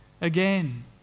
again